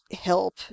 help